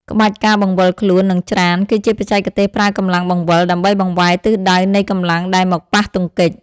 ក្បាច់ ការបង្វិលខ្លួន និងច្រាន គឺជាបច្ចេកទេសប្រើកម្លាំងបង្វិល ដើម្បីបង្វែរទិសដៅនៃកម្លាំងដែលមកប៉ះទង្គិច។